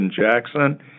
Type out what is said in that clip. Jackson